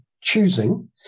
choosing